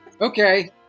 Okay